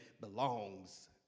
belongs